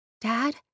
Dad